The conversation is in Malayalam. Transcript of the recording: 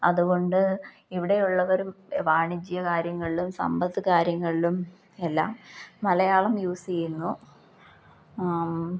അതു കൊണ്ട് ഇവിടെയുള്ളവർ വാണിജ്യ കാര്യങ്ങളിലും സമ്പത്ത് കാര്യങ്ങളിലും എല്ലാം മലയാളം യൂസ് ചെയ്യുന്നു